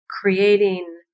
creating